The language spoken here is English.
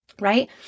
right